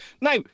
Now